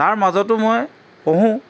তাৰ মাজতো মই পঢ়োঁ